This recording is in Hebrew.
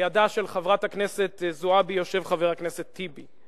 ליד חברת הכנסת זועבי יושב חבר הכנסת טיבי.